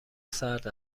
سرد